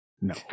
No